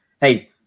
hey